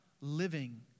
living